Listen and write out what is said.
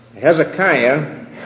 Hezekiah